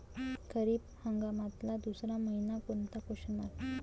खरीप हंगामातला दुसरा मइना कोनता?